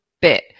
bit